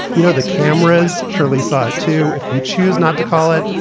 you know, the cameras surely saw it, too, if you choose not to call it.